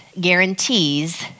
guarantees